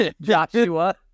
Joshua